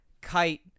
Kite